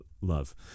love